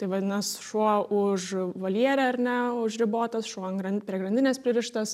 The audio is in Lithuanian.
tai vadinas šuo už voljere ar ne užribotas šuo ant gran prie grandinės pririštas